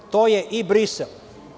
To je i Brisel.